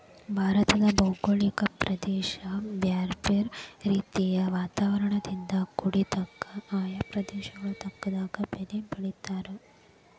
ಭಾರತದ ಭೌಗೋಳಿಕ ಪ್ರದೇಶ ಬ್ಯಾರ್ಬ್ಯಾರೇ ರೇತಿಯ ವಾತಾವರಣದಿಂದ ಕುಡಿದ್ದಕ, ಆಯಾ ಪ್ರದೇಶಕ್ಕ ತಕ್ಕನಾದ ಬೇಲಿ ಬೆಳೇತಾರ